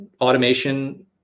automation